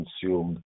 consumed